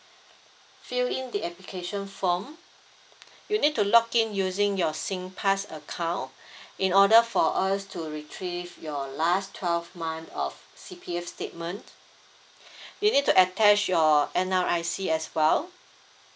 fill in the application form you need to lock in using your singpass account in order for us to retrieve your last twelve month of C_P_F statement you need to attach your N_R_I_C as well